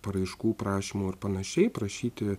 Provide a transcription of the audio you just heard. paraiškų prašymų ir panašiai prašyti